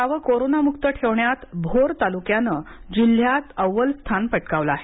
गावे कोरोनामुक्त ठेवण्यात भोर तालुक्याने जिल्ह्यात अव्वल स्थान पटकावल आहे